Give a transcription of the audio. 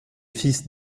fils